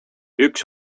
üks